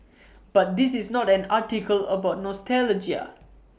but this is not an article about nostalgia